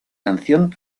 canción